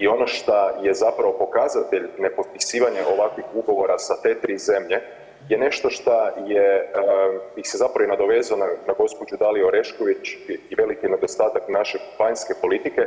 I ono šta je zapravo pokazatelj nepotpisivanja ovakvih ugovora sa te 3 zemlje je nešto šta je, bih se zapravo i nadovezao na gđu. Daliju Orešković i veliki nedostatak naše vanjske politike